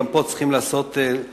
גם פה צריכים לעשות מדרג.